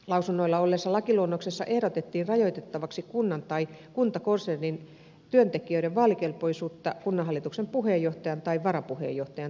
lausunnoilla olleessa lakiluonnoksessa ehdotettiin rajoitettavaksi kunnan tai kuntakonsernin työntekijöiden vaalikelpoisuutta kunnanhallituksen puheenjohtajan tai varapuheenjohtajan tehtäviin